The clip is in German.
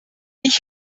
ich